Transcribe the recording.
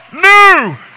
new